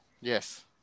Yes